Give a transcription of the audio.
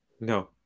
No